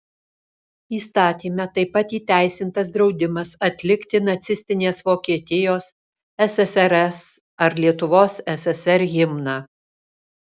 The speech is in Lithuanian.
įstatyme taip pat įteisintas draudimas atlikti nacistinės vokietijos ssrs ar lietuvos ssr himną